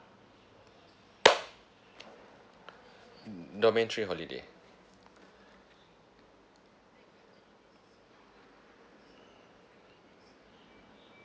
domain three holiday